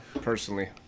personally